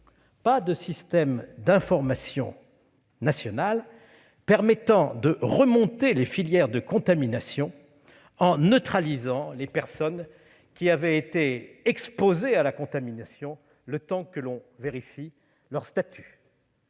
pas de système national d'information permettant de remonter les filières de contamination en neutralisant les personnes exposées à la contamination le temps que l'on vérifie leur statut